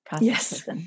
Yes